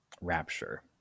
rapture